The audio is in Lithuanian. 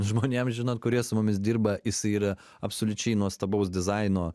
žmonėm žinot kurie su mumis dirba jisai yra absoliučiai nuostabaus dizaino